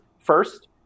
first